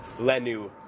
Lenu